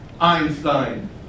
Einstein